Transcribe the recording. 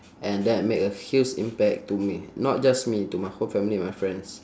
and that make a huge impact to me not just me to my whole family and my friends